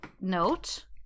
note